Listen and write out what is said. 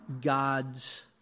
God's